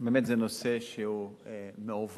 באמת זה נושא שהוא מעוות,